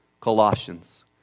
Colossians